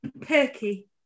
perky